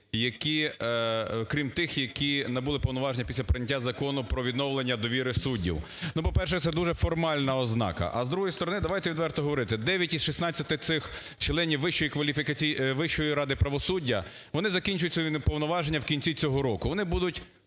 які... крім тих, які набули повноваження після прийняття Закону про відновлення довіри суддів. Ну, по-перше, це дуже формальна ознака. А, з другої сторони, давайте відверто говорити, 9 із 16 цих членів Вищої кваліфікаційної... Вищої ради правосуддя, вони закінчують свої повноваження вкінці цього року, вони будуть